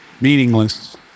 meaningless